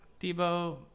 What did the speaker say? Debo